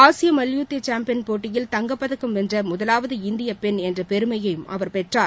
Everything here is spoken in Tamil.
ஆசிய மல்யுத்த சாம்பியன் போட்டியில் தங்கப்பதக்கம் வென்ற முதலாவது இந்தியப் பெண் என்ற பெருமையையும் அவர் பெற்றார்